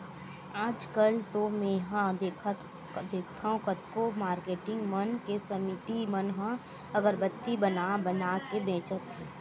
आजकल तो मेंहा देखथँव कतको मारकेटिंग मन के समिति मन ह अगरबत्ती बना बना के बेंचथे